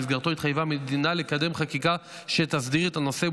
שבמסגרתו התחייבה המדינה לקדם חקיקה שתסדיר את הנושא,